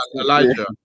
Elijah